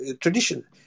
tradition